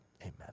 Amen